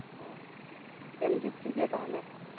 ᱚ ᱟᱪᱪᱷᱟ ᱪᱮᱫ ᱮᱢ ᱡᱩᱛ ᱦᱚᱪᱚ ᱠᱮᱭᱟ ᱛᱟᱦᱚᱞᱮ